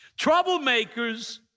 troublemakers